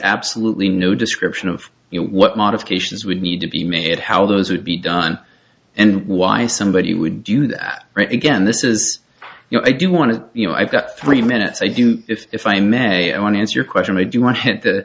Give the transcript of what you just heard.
absolutely no description of what modifications would need to be made how those would be done and why somebody would do that again this is you know i do want to you know i've got three minutes i do if i may i want to answer your question i do want to hit the